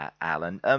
Alan